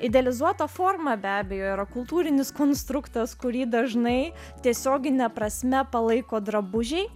idealizuoto forma be abejo yra kultūrinis konstruktas kurį dažnai tiesiogine prasme palaiko drabužiai